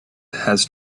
has